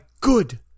good